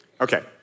Okay